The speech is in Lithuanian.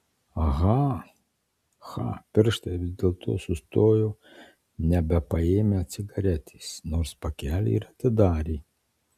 aha cha pirštai vis dėlto sustojo nebepaėmę cigaretės nors pakelį ir atidarė